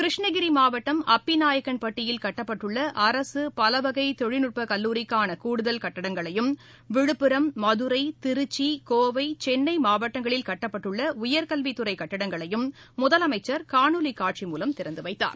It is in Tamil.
கிருஷ்ணகிரி மாவட்டம் அப்பிநாயக்கன்பட்டியில் கட்டப்பட்டுள்ள அரசு பலவகை தொழில்நுட்ப கல்லூரிக்கான கூடுதல் கட்டங்களையும் விழுப்புரம் மதுரை திருச்சி கோவை சென்னை மாவட்டங்களில் கட்டப்பட்டுள்ள உயர்கல்வித் துறை கட்டங்களையும் முதலமைச்சர் காணொலி காட்சி மூலம் திறந்து வைத்தார்